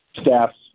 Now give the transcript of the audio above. staffs